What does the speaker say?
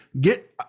get